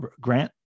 grant